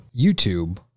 YouTube